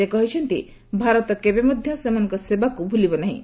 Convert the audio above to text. ସେ କହିଛନ୍ତି ଭାରତ କେବେ ମଧ୍ୟ ସେମାନଙ୍କ ସେବାକୁ ଭୁଲିବ ନାହିଁ